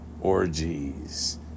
orgies